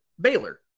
Baylor